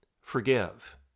Forgive